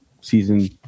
season